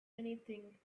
anything